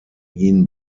ihn